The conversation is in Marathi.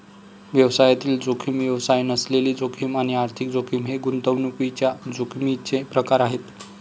व्यवसायातील जोखीम, व्यवसाय नसलेली जोखीम आणि आर्थिक जोखीम हे गुंतवणुकीच्या जोखमीचे प्रकार आहेत